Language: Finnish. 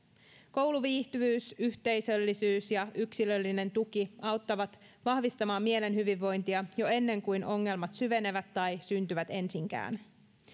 kouluviihtyvyys yhteisöllisyys ja yksilöllinen tuki auttavat vahvistamaan mielen hyvinvointia jo ennen kuin ongelmat syvenevät tai syntyvät ensinkään